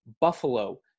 buffalo